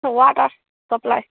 sir water supply